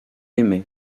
aimait